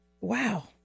wow